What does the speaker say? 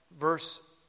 verse